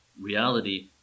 reality